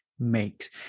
Makes